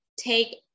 take